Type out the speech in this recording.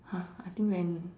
!huh! I think when